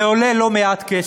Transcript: זה עולה לא מעט כסף.